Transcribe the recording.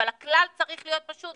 אבל הכלל צריך להיות פשוט,